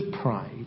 pride